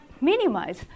minimize